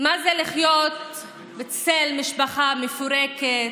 מה זה לחיות בצל משפחה מפורקת,